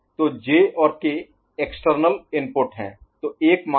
तो J और K external External बाहरी इनपुट हैं